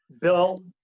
Bill